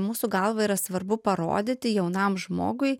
mūsų galva yra svarbu parodyti jaunam žmogui